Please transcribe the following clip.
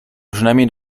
przynajmniej